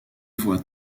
voit